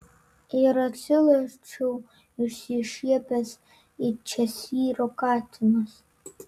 ir atsilošiau išsišiepęs it češyro katinas